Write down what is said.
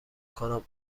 کنم